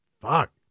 fuck